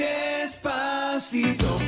Despacito